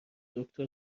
دکتر